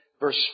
verse